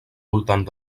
voltant